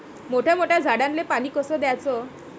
मोठ्या मोठ्या झाडांले पानी कस द्याचं?